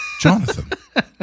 Jonathan